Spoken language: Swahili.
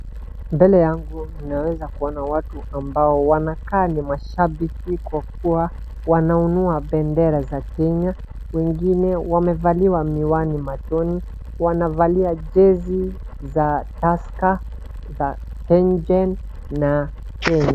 Mbele yangu ninaweza kuona watu ambao wanakaa ni mashabiki kwa kuwa wanainua pendera za Kenya, wengine wamevalia miwani machoni, wamevalia jezi za tusker , za kengen na Kenya.